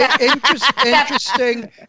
Interesting